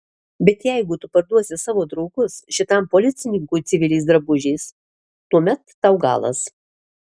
bet jeigu tu parduosi savo draugus šitam policininkui civiliais drabužiais tuomet tau galas